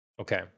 Okay